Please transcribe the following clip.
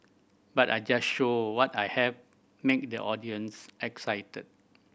but I just show what I have make the audience excited